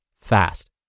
fast